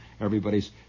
everybody's